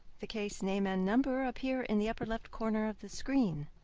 the case name and number appear in the upper-left corner of the screen.